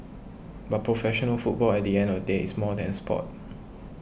but professional football at the end of the day is more than a sport